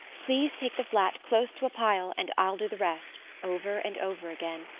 please take the flat close to a pile and i'll do the rest over and over again.